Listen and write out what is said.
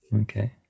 Okay